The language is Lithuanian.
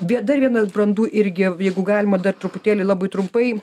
bet dar vienas brandu irgi jeigu galima dar truputėlį labai trumpai